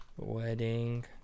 Wedding